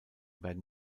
werden